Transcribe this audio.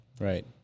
Right